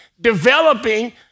developing